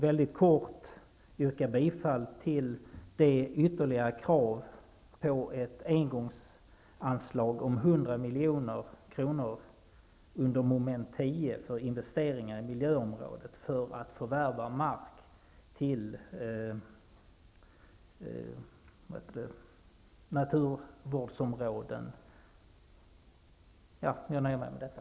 Jag yrkar också bifall till kravet på ett engångsanslag om ytterligare 100 milj.kr vid mom. 10 för investeringar på miljöområdet. Medlen skall användas för att förvärva mark till naturvårdsområden. Jag nöjer mig med detta.